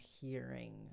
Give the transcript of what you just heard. hearing